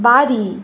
বাড়ি